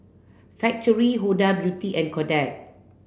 Factorie Huda Beauty and Kodak